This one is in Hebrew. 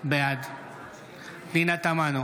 בעד פנינה תמנו,